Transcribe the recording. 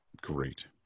Great